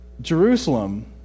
Jerusalem